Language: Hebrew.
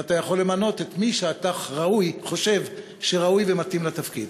ואתה יכול למנות את מי שאתה חושב שראוי ומתאים לתפקיד.